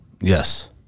yes